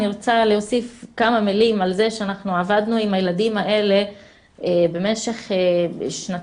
אני רוצה להוסיף כמה מילים על זה שעבדנו עם הילדים האלה במשך שנתיים